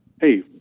Hey